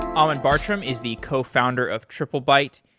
um and bartram is the cofounder of triplebyte.